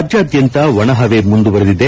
ರಾಜ್ಯಾದ್ಯಂತ ಒಣ ಹವೆ ಮುಂದುವರಿದಿದೆ